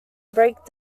break